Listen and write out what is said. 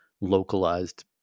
localized